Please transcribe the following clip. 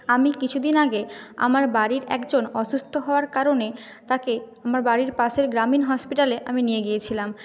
আমি কিছুদিন আগে আমার বাড়ির একজন অসুস্থ হওয়ার কারণে তাকে আমার বাড়ির পাশের গ্রামীণ হসপিটালে আমি নিয়ে গিয়েছিলাম